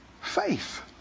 Faith